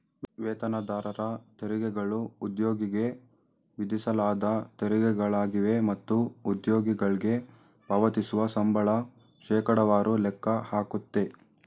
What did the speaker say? ವೇತನದಾರರ ತೆರಿಗೆಗಳು ಉದ್ಯೋಗಿಗೆ ವಿಧಿಸಲಾದ ತೆರಿಗೆಗಳಾಗಿವೆ ಮತ್ತು ಉದ್ಯೋಗಿಗಳ್ಗೆ ಪಾವತಿಸುವ ಸಂಬಳ ಶೇಕಡವಾರು ಲೆಕ್ಕ ಹಾಕುತ್ತೆ